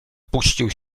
puścił